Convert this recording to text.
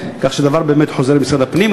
כך שהדבר באמת חוזר למשרד הפנים.